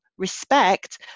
respect